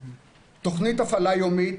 2. תוכנית הפעלה יומית,